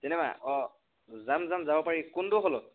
cinema অঁ যাম যাম যাব পাৰি কোনটো হলত